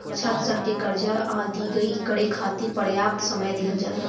छात्रसन के करजा के अदायगी करे खाति परयाप्त समय दिहल जाला